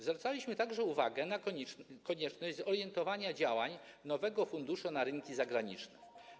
Zwracaliśmy także uwagę na konieczność zorientowania działań nowego funduszu na rynki zagraniczne.